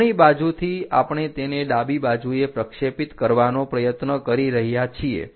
જમણી બાજુથી આપણે તેને ડાબી બાજુએ પ્રક્ષેપિત કરવાનો પ્રયત્ન કરી રહ્યા છીએ